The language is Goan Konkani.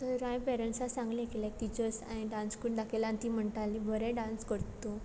तर हांव पॅरण्सां सागलें की लायक टिचर्स हांवें डांस करून दाखयल आनी तीं म्हुणटालीं बरें डांस करत तूं